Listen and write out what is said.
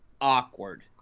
awkward